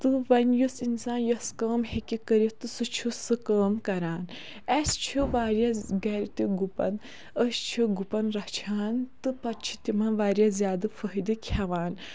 تہٕ وۄنۍ یُس اِنسان یۄس کٲم ہیٚکہِ کٕرِتھ تہٕ سُہ چھُ سُہ کٲم کَران اسہِ چھُ واریاہ گَرِ تہِ گُپَن أسۍ چھِ گُپَن رَچھان تہٕ پتہٕ چھِ تِمن واریاہ زیادٕ فٲیدٕ کھٮ۪وان